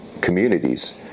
communities